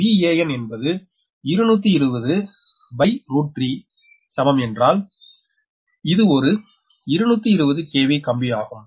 Van என்பது 2203 சமம் ஏனென்றால் இது ஒரு 220 KV கம்பி ஆகும்